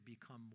become